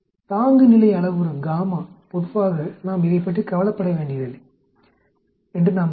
தாங்குநிலை அளவுரு பொதுவாக நாம் இதைப் பற்றி கவலைப்பட வேண்டியதில்லை என்று நாம் சொன்னோம்